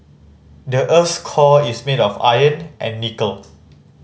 the earth's core is made of iron and nickel